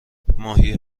ماهی